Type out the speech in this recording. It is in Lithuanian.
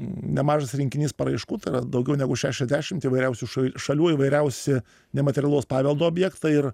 nemažas rinkinys paraiškų tai yra daugiau negu šešiasdešimt įvairiausių šalių įvairiausi nematerialaus paveldo objektai ir